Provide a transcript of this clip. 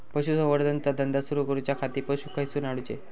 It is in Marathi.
पशुसंवर्धन चा धंदा सुरू करूच्या खाती पशू खईसून हाडूचे?